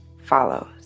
follows